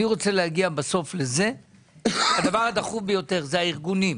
אני רוצה להגיע בסוף לזה שהדבר הדחוף ביותר הם הארגונים.